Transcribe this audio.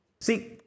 See